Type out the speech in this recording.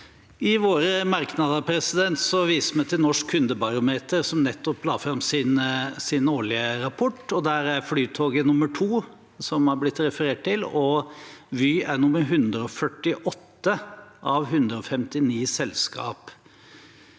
I våre merknader viser vi til Norsk kundebarometer som nettopp la fram sin årlige rapport. Der er Flytoget nr. 2, som det er blitt referert til, og Vy er nr. 148 av 159 selskap.